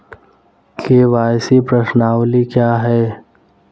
KYC प्रश्नावली क्या है?